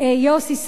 יוסי שריד,